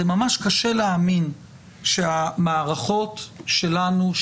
זה ממש קשה להאמין שבמערכות שלנו,